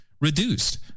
reduced